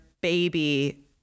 Baby